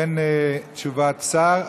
אין תשובת שר,